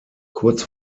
kurz